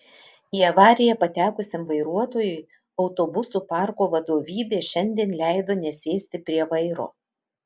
į avariją patekusiam vairuotojui autobusų parko vadovybė šiandien leido nesėsti prie vairo